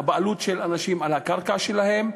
הבעלות של אנשים על הקרקע שלהם,